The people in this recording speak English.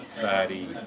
fatty